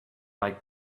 like